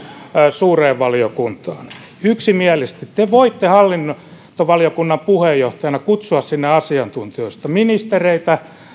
suureen valiokuntaan yksimielisesti te voitte hallintovaliokunnan puheenjohtajana kutsua sinne asiantuntijoita ministereitä